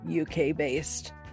UK-based